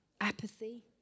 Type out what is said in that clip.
Apathy